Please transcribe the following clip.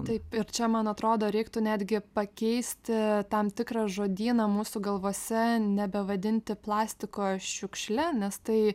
taip ir čia man atrodo reiktų netgi pakeisti tam tikrą žodyną mūsų galvose nebevadinti plastiko šiukšle nes tai